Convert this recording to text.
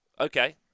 Okay